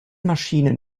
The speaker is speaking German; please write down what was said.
maschinen